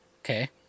Okay